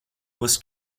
was